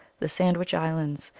the sandwich islands,